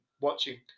watching